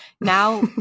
Now